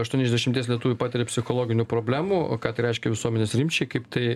aštuoni iš dešimties lietuvių patiria psichologinių problemų ką tai reiškia visuomenės rimčiai kaip tai